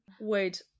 Wait